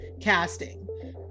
casting